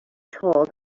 told